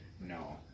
No